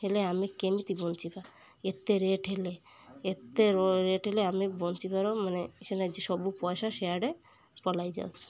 ହେଲେ ଆମେ କେମିତି ବଞ୍ଚିବା ଏତେ ରେଟ୍ ହେଲେ ଏତେ ରେଟ୍ ହେଲେ ଆମେ ବଞ୍ଚିବାର ମାନେ ସେନା ସବୁ ପଇସା ସିଆଡ଼େ ପଳାଇ ଯାଉଛି